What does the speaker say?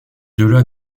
delà